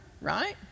right